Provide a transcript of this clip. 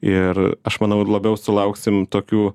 ir aš manau labiau sulauksim tokių